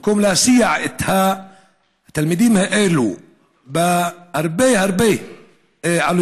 במקום להסיע את התלמידים האלה בהרבה עלויות,